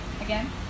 Again